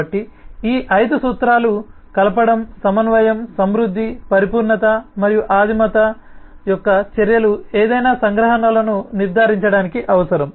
కాబట్టి ఈ ఐదు సూత్రాలు కలపడం సమన్వయం సమృద్ధి పరిపూర్ణత మరియు ఆదిమతcoupling Cohesion sufficiency completeness and primitiveness యొక్క చర్యలు ఏదైనా సంగ్రహణలను నిర్ధారించడానికి అవసరం